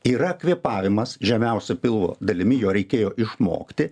yra kvėpavimas žemiausia pilvo dalimi jo reikėjo išmokti